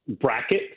bracket